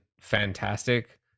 fantastic